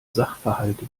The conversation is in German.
sachverhalte